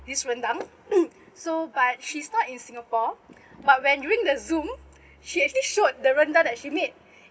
this rendang so but she's not in singapore but when during the Zoom she actually showed the rendang that she made